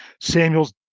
Samuels